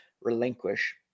relinquish